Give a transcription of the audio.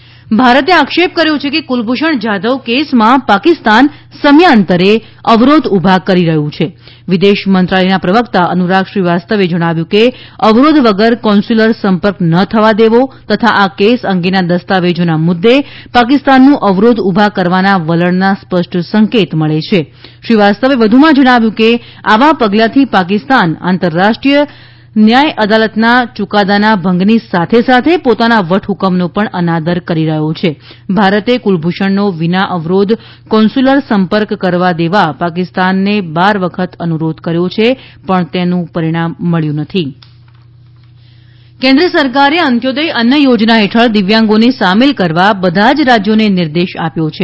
કુલભૂષણ ભારતે આક્ષેપ કર્યો છે કે કુલભૂષણ જાધવ કેસમાં પાકિસ્તાન સમયાંતરે અવરોધ ઉભા કરી રહ્યું છે વિદેશ મંત્રાલયના પ્રવક્તા અનુરાગ શ્રીવાસ્તવે જણાવ્યું છે કે અવરોધ વગર કોન્સ્યુલર સંપર્ક ન થવા દેવો તથા આ કેસ અંગેના દસ્તાવેજોના મુદ્દે પાકિસ્તાનનું અવરોધ ઉભા કરવાના વલણના સ્પષ્ટ સંકેત મળે છે શ્રી વાસ્તવે વધુમાં જણાવ્યું હતુ કે આવા પગલાથી પાકિસ્તાન આંતરરાષ્ટ્રીય ન્યાન અદાલતના યૂકાદાના ભંગની સાથે સાથે પોતાના વટહુકમનો પણ અનાદર કરી રહ્યું છે ભારતે કુલભૂષણનો વિના અવરોધ કોન્સ્યુલર સંપર્ક કરવા દેવા પાકિસ્તાનને બાર વખત અનુરોધ કર્યો છે પણ તેનું પરિણામ મબ્યું નથી દિવ્યાંગ રેશન કેન્દ્ર સરકારે અંત્યોદય અન્ન યોજના હેઠળ દિવ્યાંગોને સામેલ કરવા બધા જ રાજ્યોને નિર્દેશ આપ્યો છે